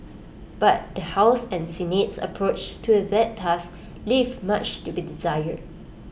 but the house and Senate's approach to that task leave much to be desired